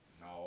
no